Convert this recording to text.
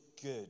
good